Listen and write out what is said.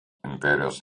imperijos